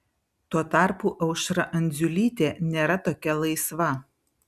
tuo tarpu aušra andziulytė nėra tokia laisva